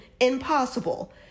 impossible